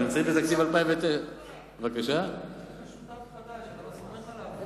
יש לך שותף חדש, אתה לא סומך עליו?